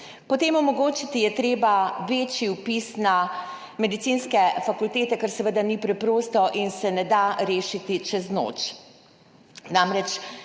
Omogočiti je treba večji vpis na medicinske fakultete, kar seveda ni preprosto in se ne da rešiti čez noč.